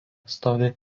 stovi